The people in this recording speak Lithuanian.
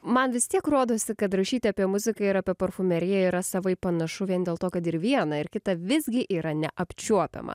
man vis tiek rodosi kad rašyt apie muziką ir apie parfumeriją yra savaip panašu vien dėl to kad ir viena ir kita visgi yra neapčiuopiama